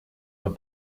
have